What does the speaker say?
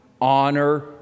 honor